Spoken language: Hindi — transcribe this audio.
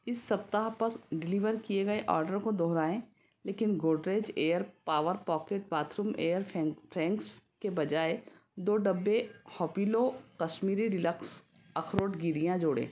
इस सप्ताह पर डिलीवर किए गए ऑर्डर को दोहराएँ लेकिन Godrej air power pocket bathroom air fresheners के बजाय दो डब्बे हॉपिलो कश्मीरी डीलक्स अखरोट गिरियाँ जोड़ें